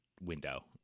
window